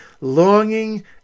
longing